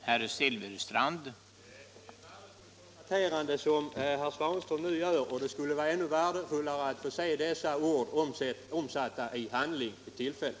Herr talman! Det är ett värdefullt konstaterande som herr Svanström nu gör, men det skulle vara ännu värdefullare att få se dessa ord omsatta i handling vid tillfälle.